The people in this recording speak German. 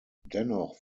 dennoch